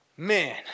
Man